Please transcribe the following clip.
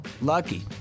lucky